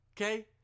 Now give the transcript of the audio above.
okay